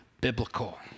biblical